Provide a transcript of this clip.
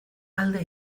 alde